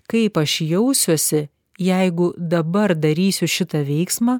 kaip aš jausiuosi jeigu dabar darysiu šitą veiksmą